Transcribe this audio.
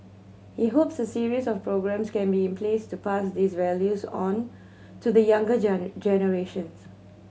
he hopes a series of programmes can be in place to pass these values on to the younger generation